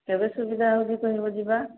କେବେ ସୁବିଧା ହଉଚି କହିବ ଯିବା